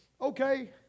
Okay